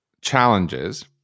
challenges